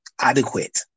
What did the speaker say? adequate